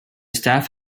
staff